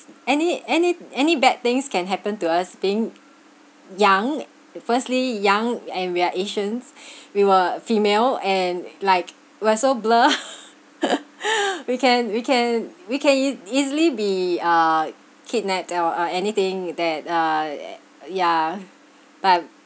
any any any bad things can happen to us being young firstly young and we are asians we were female and like we are so blur we can we can we can e~ easily be uh kidnapped or or anything that uh yeah but